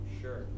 sure